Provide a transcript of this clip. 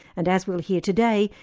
and as we'll hear today,